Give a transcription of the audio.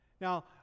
Now